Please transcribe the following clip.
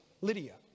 Lydia